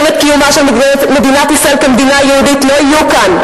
את קיומה של מדינת ישראל כמדינה יהודית לא יהיו כאן,